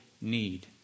need